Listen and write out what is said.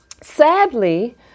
sadly